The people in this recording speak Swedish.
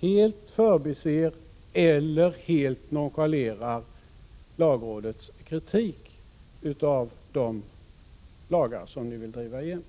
helt förbiser eller helt nonchalerar lagrådets kritik av de lagar ni vill driva igenom?